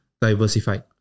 diversified